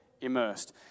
immersed